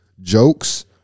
jokes